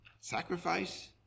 sacrifice